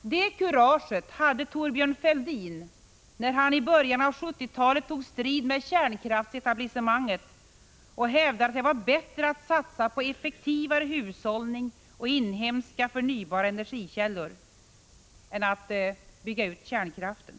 Det kuraget hade Thorbjörn Fälldin när han i början av 1970-talet tog strid med kärnkraftsetablissemanget och hävdade att det var bättre att satsa på effektivare hushållning och på inhemska, förnybara energikällor än att bygga ut kärnkraften.